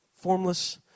formless